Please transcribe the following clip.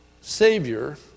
Savior